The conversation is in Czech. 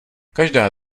každá